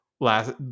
last